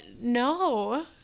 no